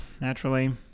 naturally